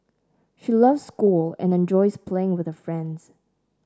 she loves school and enjoys playing with her friends